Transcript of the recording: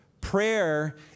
Prayer